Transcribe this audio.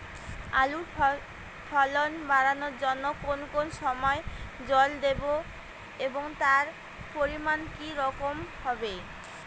আলুর ফলন বাড়ানোর জন্য কোন কোন সময় জল দেব এবং তার পরিমান কি রকম হবে?